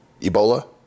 Ebola